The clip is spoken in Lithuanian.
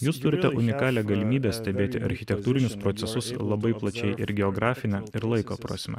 jūs turite unikalią galimybę stebėti architektūrinius procesus labai plačiai ir geografine ir laiko prasme